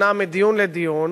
שנע מדיון לדיון,